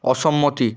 অসম্মতি